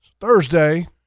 Thursday